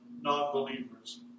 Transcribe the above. non-believers